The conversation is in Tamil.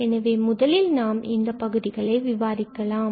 எனவே தற்பொழுது முதலில் நாம் இந்தப் பகுதிகளை விவாதிக்கலாம்